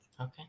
Okay